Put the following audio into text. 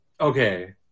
Okay